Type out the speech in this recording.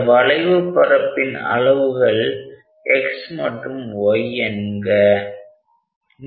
அந்த வளைவு பரப்பின் அளவுகள் x மற்றும் y என்க